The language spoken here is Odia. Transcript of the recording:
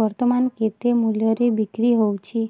ବର୍ତ୍ତମାନ କେତେ ମୂଲ୍ୟରେ ବିକ୍ରି ହଉଛି